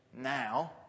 now